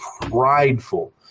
prideful